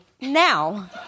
now